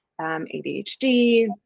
ADHD